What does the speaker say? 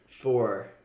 Four